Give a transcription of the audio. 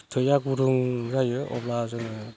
थैया गुदुं जायो अब्ला जोङो